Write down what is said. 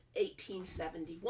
1871